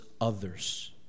others